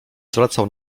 zwracał